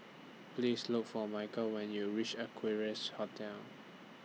Please Look For Michael when YOU REACH Equarius Hotel